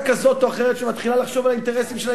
כזאת או אחרת שמתחילה לחשוב על האינטרסים שלה,